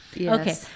okay